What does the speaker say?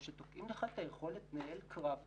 שתוקעים לך את היכולת לנהל קרב אמיתי,